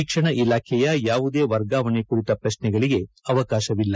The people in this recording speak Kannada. ಶಿಕ್ಷಣ ಇಲಾಖೆಯ ಯಾವುದೇ ವರ್ಗಾವಣೆ ಕುರಿತ ಪ್ರಶ್ನೆಗಳಿಗೆ ಅವಕಾಶವಿಲ್ಲ